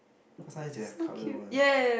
cause sometimes they have colour one